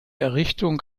errichtung